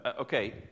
okay